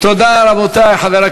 חדש,